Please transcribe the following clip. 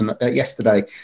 yesterday